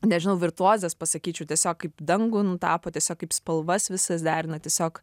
nežinau virtuozas pasakyčiau tiesiog kaip dangų nutapo tiesiog kaip spalvas visas derina tiesiog